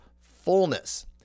fullness